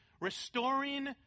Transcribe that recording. restoring